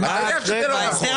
אתה יודע שזה לא נכון.